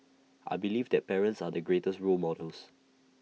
I believe that parents are the greatest role models